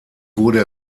wurde